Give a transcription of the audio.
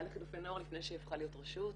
לחילופי נוער לפני שהיא הפכה להיות רשות,